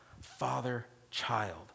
father-child